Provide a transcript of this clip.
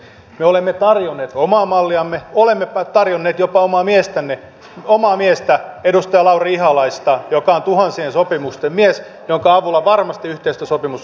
me olemme tarjonneet omaa malliamme olemmepa tarjonneet jopa omaa miestä edustaja lauri ihalaista joka on tuhansien sopimusten mies ja jonka avulla varmasti yhteistyösopimus olisi saatu aikaiseksi